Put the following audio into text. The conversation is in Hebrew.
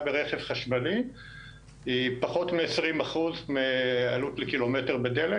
ברכב חשמלי היא פחות מ-20% מעלות לקילומטר בדלק.